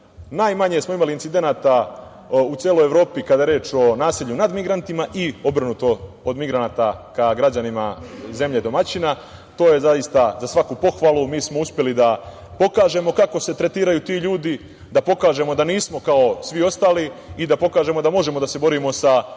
najmanje smo imali incidenata u celoj Evropi kada je reč o nasilju nad migrantima i obrnuto od migranata ka građanima zemlje domaćina. To je za svaku pohvalu. Mi smo uspeli da pokažemo kako se tretiraju ti ljudi, da pokažemo da nismo kao svi ostali i da pokažemo da možemo da se borimo sa